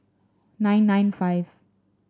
nine nine five